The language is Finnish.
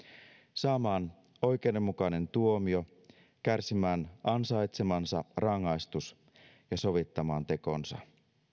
saamaan oikeudenmukainen tuomio kärsimään ansaitsemansa rangaistus ja sovittamaan tekonsa